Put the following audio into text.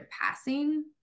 passing